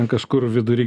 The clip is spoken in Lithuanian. kažkur vidury